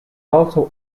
also